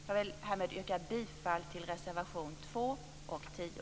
Jag yrkar bifall till reservationerna 2 och 10.